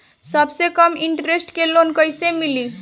सबसे कम इन्टरेस्ट के लोन कइसे मिली?